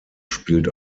spielt